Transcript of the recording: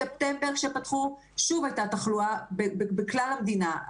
בספטמבר כשפתחו שוב הייתה תחלואה בכלל המדינה.